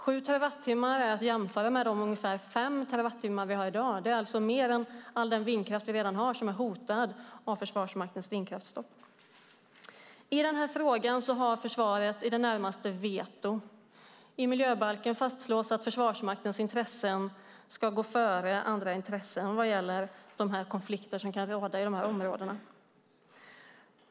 7 terawattimmar kan jämföras med de ungefär 5 terawattimmar vi har i dag. Mer än all den vindkraft vi redan har är alltså hotad av Försvarsmaktens vindkraftsstopp. I denna fråga har försvaret i det närmaste veto. I miljöbalken fastslås att Försvarsmaktens intressen ska gå före andra intressen vad gäller de konflikter som kan råda i dessa områden.